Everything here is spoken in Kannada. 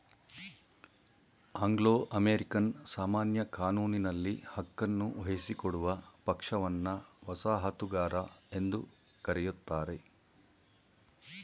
ಅಂಗ್ಲೋ ಅಮೇರಿಕನ್ ಸಾಮಾನ್ಯ ಕಾನೂನಿನಲ್ಲಿ ಹಕ್ಕನ್ನು ವಹಿಸಿಕೊಡುವ ಪಕ್ಷವನ್ನ ವಸಾಹತುಗಾರ ಎಂದು ಕರೆಯುತ್ತಾರೆ